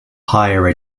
higher